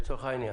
לצורך העניין.